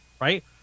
Right